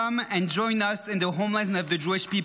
Come and join us in the home of Jewish people,